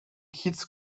keats